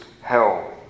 hell